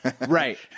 right